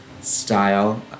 style